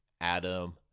Adam